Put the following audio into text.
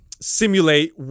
simulate